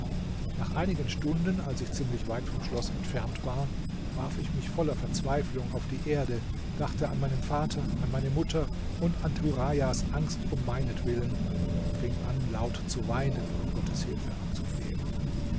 nach einigen stunden als ich ziemlich weit vom schloß entfernt war warf ich mich voller verzweiflung auf die erde dachte an meinen vater an meine mutter und an turajas angst um meinetwillen und fing an laut zu weinen und gottes hilfe anzuflehen